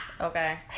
Okay